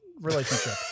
relationship